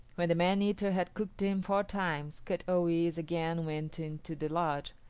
when the man-eater had cooked him four times kut-o-yis' again went into the lodge,